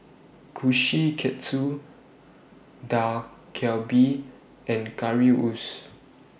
Kushikatsu Dak Galbi and Currywurst